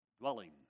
dwelling